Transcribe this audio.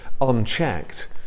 unchecked